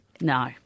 No